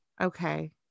Okay